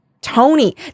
tony